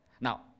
Now